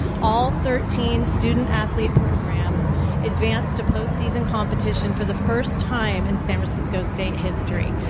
all thirteen student athlete programs advanced to post-season competition for the first time in san francisco state history.